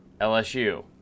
LSU